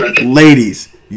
ladies